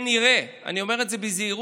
כשכנראה, אני אומר את זה בזהירות,